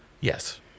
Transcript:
Yes